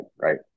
Right